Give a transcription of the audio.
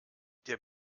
der